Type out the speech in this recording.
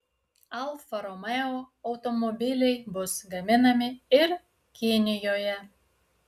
alfa romeo automobiliai bus gaminami ir kinijoje